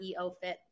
eofit